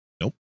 Nope